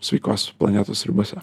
sveikos planetos ribose